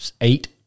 Eight